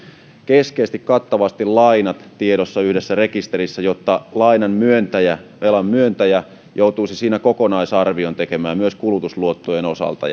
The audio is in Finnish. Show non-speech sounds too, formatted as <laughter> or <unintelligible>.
keskitetysti kattavasti lainat tiedossa yhdessä rekisterissä jotta lainan myöntäjä velan myöntäjä joutuisi siinä kokonaisarvion tekemään myös kulutusluottojen osalta <unintelligible>